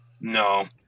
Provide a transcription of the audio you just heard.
No